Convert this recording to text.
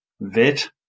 VET